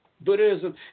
Buddhism